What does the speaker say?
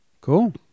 Cool